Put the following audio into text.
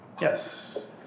Yes